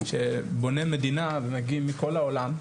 שבונה מדינה ומגיעים מכל העולם,